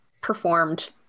performed